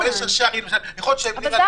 אבל יש ראשי ערים יכול להיות --- מירה,